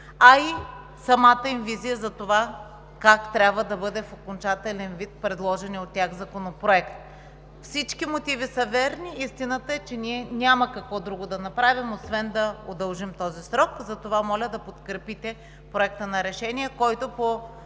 а и самата им визия как трябва да бъде в окончателен вид предложеният законопроект. Всички мотиви са верни. Истината е, че няма какво друго да направим, освен да удължим срока. Затова моля да подкрепите Проекта за решение, за който по